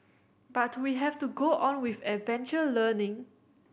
but we have to go on with adventure learning